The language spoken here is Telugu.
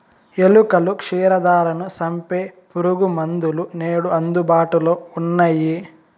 ఎలుకలు, క్షీరదాలను సంపె పురుగుమందులు నేడు అందుబాటులో ఉన్నయ్యి